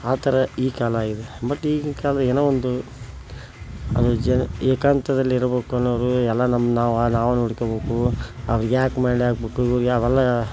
ಆ ಥರ ಈ ಕಾಲ ಇದೆ ಬಟ್ ಈಗಿನ ಕಾಲ ಏನೋ ಒಂದು ಅದು ಜ ಏಕಾಂತದಲ್ಲಿರಬೇಕು ಅನ್ನೋರು ಎಲ್ಲ ನಮ್ಮ ನಾವು ನಾವು ನೋಡ್ಕೋಬೇಕು ಅವ್ಯಾಕೆ ಮಾಡಾಕ್ಬೇಕು ಇವ್ರಿಗೆ ಅವೆಲ್ಲ